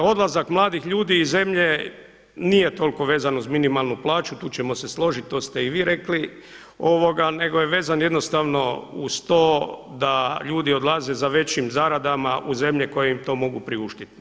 Odlazak mladih ljudi iz zemlje nije toliko vezan uz minimalnu plaću, tu ćemo se složiti to ste i vi rekli, nego je vezan jednostavno uz to da ljudi odlaze za većim zaradama u zemlje koje im to mogu priuštiti.